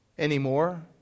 anymore